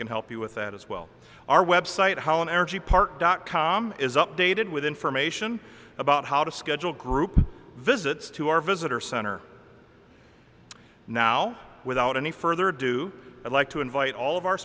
can help you with that as well our website how an energy park dot com is updated with information about how to schedule group visits to our visitor center now without any further ado i'd like to invite all of our